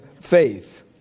faith